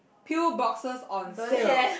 pill boxes on sale